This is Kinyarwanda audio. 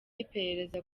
iperereza